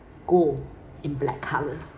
gold in black color